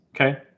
Okay